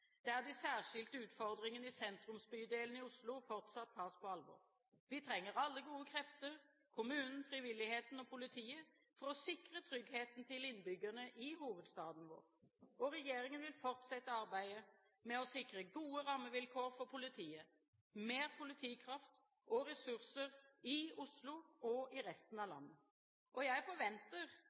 de særskilte utfordringene i sentrumsbydelene i Oslo fortsatt tas på alvor. Vi trenger alle gode krefter, kommunen, frivilligheten og politiet, for å sikre tryggheten til innbyggerne i hovedstaden vår. Regjeringen vil fortsette arbeidet med å sikre gode rammevilkår for politiet, mer politikraft og ressurser i Oslo og i resten av landet. Jeg forventer